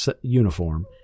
uniform